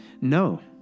No